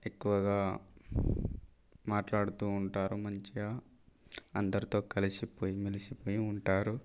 ఎక్కువగా మాట్లాడుతూ ఉంటారు మంచిగా అందరితో కలిసిపోయి మెలిసిపోయి ఉంటారు